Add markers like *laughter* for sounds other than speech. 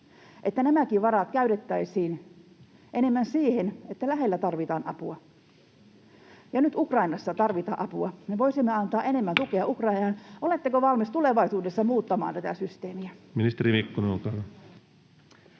nämäkin varat käytettäisiin enemmän siihen, että lähellä tarvitaan apua? Nyt Ukrainassa tarvitaan apua. Me voisimme antaa enemmän tukea Ukrainaan. *noise* Oletteko valmis tulevaisuudessa muuttamaan tätä systeemiä? [Speech 32] Speaker: